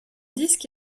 disque